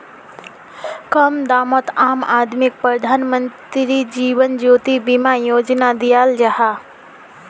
कम दामोत आम आदमीक प्रधानमंत्री जीवन ज्योति बीमा योजनाक दियाल जाहा